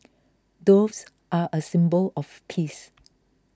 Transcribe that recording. doves are a symbol of peace